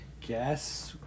Guess